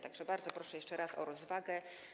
Tak że bardzo proszę jeszcze raz o rozwagę.